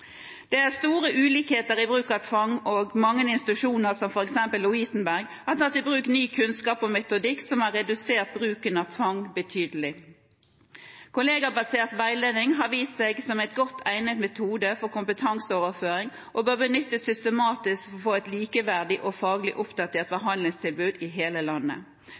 Det er store ulikheter i bruk av tvang, og mange institusjoner, som f.eks. Lovisenberg, har tatt i bruk ny kunnskap og metodikk som har redusert bruken av tvang betydelig. Kollegabasert veiledning har vist seg som en godt egnet metode for kompetanseoverføring og bør benyttes systematisk for å få et likeverdig og faglig oppdatert behandlingstilbud i hele landet.